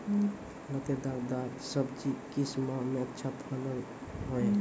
लतेदार दार सब्जी किस माह मे अच्छा फलन होय छै?